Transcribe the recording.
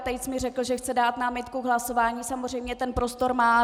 Tejc mi řekl, že chce dát námitku k hlasování, samozřejmě ten prostor má.